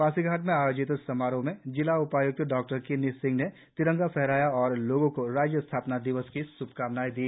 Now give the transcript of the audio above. पासीघाट में आयोजित समारोह में जिला उपाय्क्त डॉकिन्नी सिंह ने तिरंगा फहराया और लोगों को राज्य स्थापना दिवस की श्भकामनाएँ दी